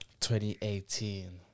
2018